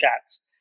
Chats